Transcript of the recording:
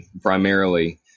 primarily